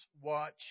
watch